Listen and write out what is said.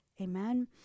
Amen